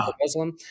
Muslim